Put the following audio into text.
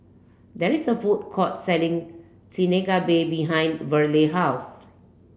there is a food court selling Chigenabe behind Verle house